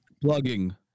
Plugging